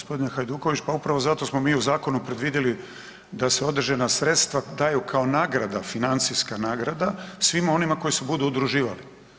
Gospodine Hajduković pa upravo zato smo mi u zakonu predvidjeli da se određena sredstva daju kao nagrada financijska nagrada svima onima koji se budu udruživali.